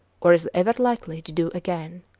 or is ever likely to do again.